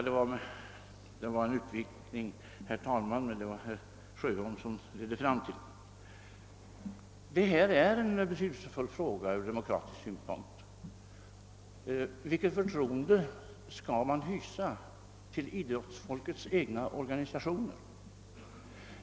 Detta var en utvikning, herr talman, men den föranleddes av herr Sjöholms inlägg. Detta är en betydelsefull fråga ur demokratisk synpunkt. Vilket förtroende skall man hysa till idrottsfolkets egna organisationer?